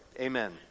Amen